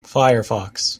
firefox